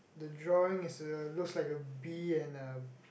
the drawing is a looks like a bee and a